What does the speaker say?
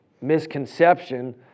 misconception